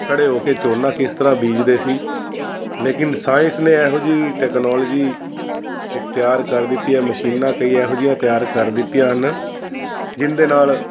ਖੜ੍ਹੇ ਹੋ ਕੇ ਝੋਨਾ ਕਿਸ ਤਰ੍ਹਾਂ ਬੀਜਦੇ ਸੀ ਲੇਕਿਨ ਸਾਇੰਸ ਨੇ ਇਹੋ ਜਿਹੀ ਟੈਕਨੋਲੋਜੀ ਇੱਕ ਤਿਆਰ ਕਰ ਦਿੱਤੀ ਹੈ ਮਸ਼ੀਨਾਂ ਕਈ ਇਹੋ ਜਿਹੀਆਂ ਤਿਆਰ ਕਰ ਦਿੱਤੀਆਂ ਹਨ ਜਿਹਦੇ ਨਾਲ